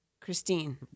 Christine